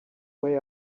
way